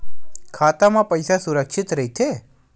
खाता मा पईसा सुरक्षित राइथे?